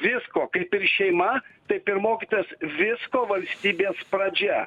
visko kaip ir šeima taip ir mokytojas visko valstybės pradžia